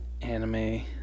anime